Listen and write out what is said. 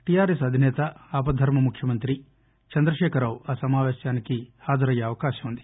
TRS అధిసేత ఆపద్దర్శ ముఖ్యమంత్రి చంద్రశేఖరరావు సమాపేశానికి హాజరయ్యే అవకాశం ఉంది